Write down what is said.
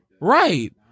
Right